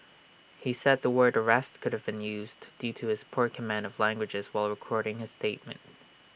he said the word arrest could have been used due to his poor command of languages while recording his statement